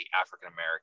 African-American